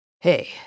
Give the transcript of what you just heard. Hey